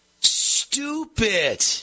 stupid